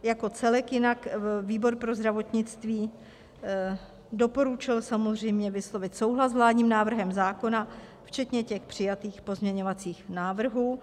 Jako celek jinak výbor pro zdravotnictví doporučil samozřejmě vyslovit souhlas s vládním návrhem zákona, včetně přijatých pozměňovacích návrhů.